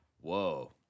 whoa